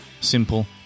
simple